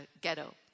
ghetto